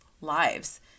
lives